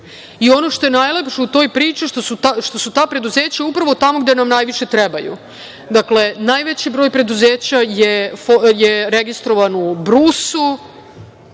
što je najlepše u toj priči, što su ta preduzeća upravo tamo gde nam najviše trebaju. Dakle, najveći broj preduzeća je registrovan u Brusu,